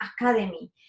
Academy